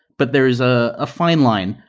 but there is a ah fine line.